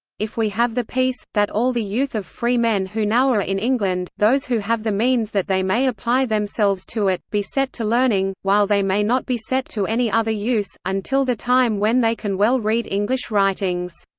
if we have the peace, that all the youth of free men who now are in england, those who have the means that they may apply themselves to it, be set to learning, while they may not be set to any other use, until the time when they can well read english writings.